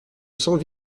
cents